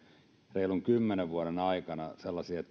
reilun kymmenen vuoden aikana sellaisia